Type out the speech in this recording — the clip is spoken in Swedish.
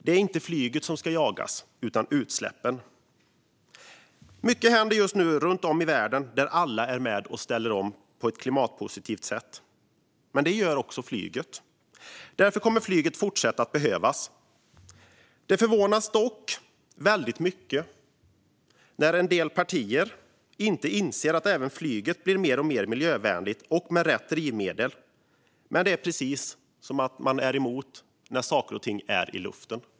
Det är inte flyget som ska jagas utan utsläppen. Mycket händer just nu runt om i världen, där alla är med och ställer om på ett klimatpositivt sätt. Det gör även flyget. Därför kommer flyget fortsatt att behövas. Det är dock väldigt förvånande när en del partier inte inser att även flyget blir mer och mer miljövänligt med rätt drivmedel. Det är precis som att man är emot att saker och ting är i luften.